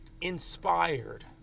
inspired